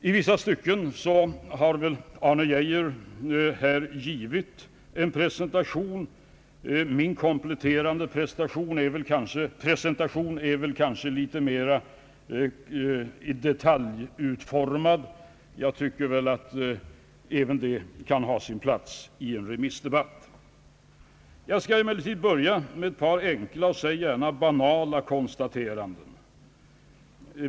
I vissa stycken har herr Arne Geijer här givit en presentation. Min komplettering är kanske litet mer detaljutformad, men jag tycker att även det kan ha sin plats i en remissdebatt. Jag skall börja med ett par enkla, säg gärna banala, konstateranden.